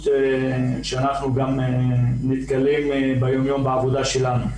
בה אנחנו נתקלים יום יום בעבודה שלנו.